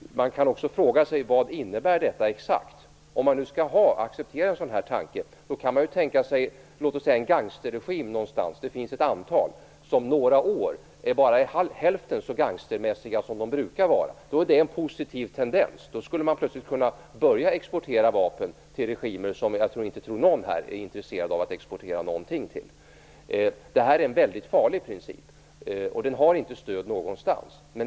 Man kan också fråga sig exakt vad den innebär. Om man nu skall acceptera en sådan princip kan man ju tänka sig en gangsterregim någonstans. Det finns ett antal sådana regimer som om bara några år är hälften så gangstermässiga som de brukade vara. Då är det en positiv tendens. Därför skulle man plötsligt kunna börja exportera vapen till regimer som jag tror att inte någon här är intresserad av att exportera någonting till. Det här är en väldigt farlig princip, och den har inget stöd någonstans.